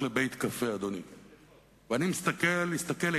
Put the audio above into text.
עוד, להסתכן באפשרות, אז בוא נלך על בטוח.